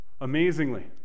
amazingly